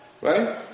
Right